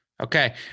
Okay